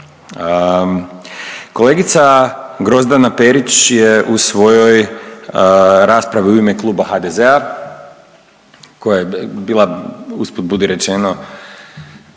Kolegica Grozdana Perić je u svojoj raspravi u ime kluba HDZ-a koja je bila usput budi rečeno